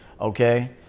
Okay